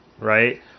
right